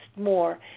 more